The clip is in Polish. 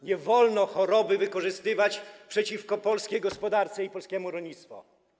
Nie wolno choroby wykorzystywać przeciwko polskiej gospodarce i polskiemu rolnictwu.